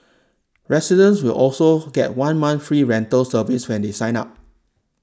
residents will also get one month free rental service when they sign up